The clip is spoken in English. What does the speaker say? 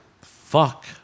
Fuck